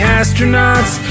astronauts